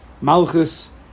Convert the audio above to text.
Malchus